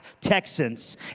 Texans